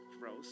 gross